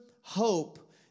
hope